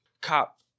Cop